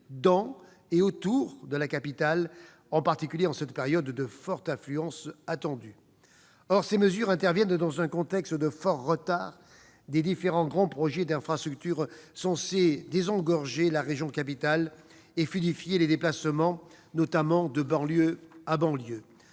et autour d'elle, en particulier en cette période de grande affluence attendue. Or ces mesures interviennent dans un contexte de fort retard des différents grands projets d'infrastructures censés désengorger la région capitale et fluidifier les déplacements, notamment de banlieue à banlieue.